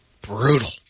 Brutal